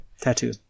Tattoo